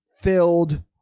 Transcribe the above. filled